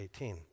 18